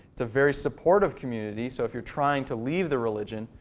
it's a very supportive community. so if you're trying to leave the religion,